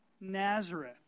Nazareth